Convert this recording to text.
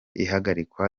ihagarikwa